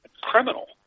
criminal